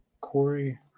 Corey